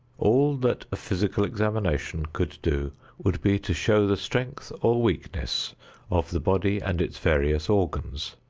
all that a physical examination could do would be to show the strength or weakness of the body and its various organs.